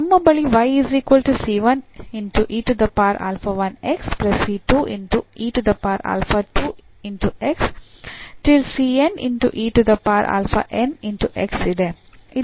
ನಮ್ಮ ಬಳಿ ಇದೆ